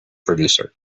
producer